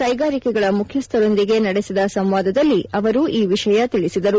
ಕೈಗಾರಿಕೆಗಳ ಮುಖ್ಯಸ್ಥರೊಂದಿಗೆ ನದೆಸಿದ ಸಂವಾದದಲ್ಲಿ ಅವರು ಈ ವಿಷಯ ತಿಳಿಸಿದರು